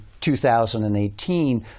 2018